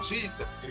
Jesus